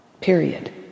Period